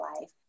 life